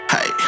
Hey